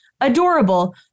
Adorable